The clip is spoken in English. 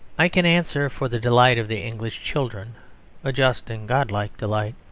i can answer for the delight of the english children a just and godlike delight.